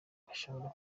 bashobora